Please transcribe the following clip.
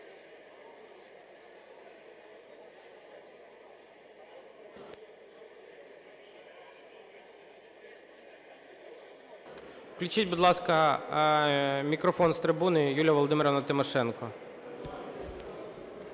Включіть, будь ласка, мікрофон з трибуни. Юлія Володимирівна Тимошенко.